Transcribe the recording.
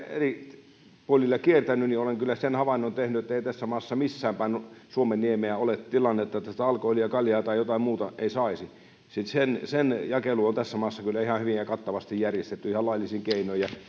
eri puolilla suomenniemeä kiertänyt niin olen kyllä sen havainnon tehnyt ettei tässä maassa ei missään päin suomenniemeä ole tilannetta että sitä alkoholia kaljaa tai jotain muuta ei saisi sen sen jakelu on tässä maassa kyllä ihan hyvin ja kattavasti järjestetty ihan laillisin keinoin